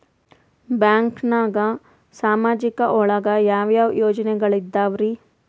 ಬ್ಯಾಂಕ್ನಾಗ ಸಾಮಾಜಿಕ ಒಳಗ ಯಾವ ಯಾವ ಯೋಜನೆಗಳಿದ್ದಾವ್ರಿ?